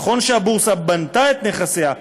נכון שהבורסה בנתה את נכסיה,